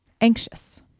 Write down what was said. anxious